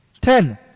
Ten